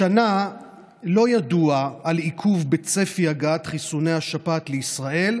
השנה לא ידוע על עיכוב בצפי הגעת חיסוני השפעת לישראל,